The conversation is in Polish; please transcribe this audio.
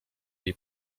jej